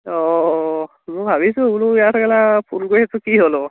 অঁ অঁ মই ভাবিছোঁ বোলো ইয়াত ফোন কৰি আছো কি হ'ল আকৌ